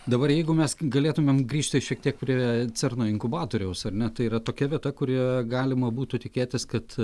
dabar jeigu mes galėtumėm grįžti šiek tiek prie cerno inkubatoriaus ar ne tai yra tokia vieta kurioje galima būtų tikėtis kad